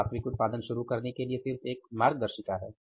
यह वास्तविक उत्पादन शुरू करने के लिए सिर्फ एक मार्गदर्शिका है